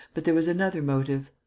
but there was another motive.